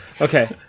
Okay